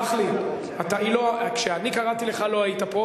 הוא שמח אפילו לקפוץ,